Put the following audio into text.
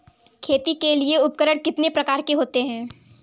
खेती के लिए उपकरण कितने प्रकार के होते हैं?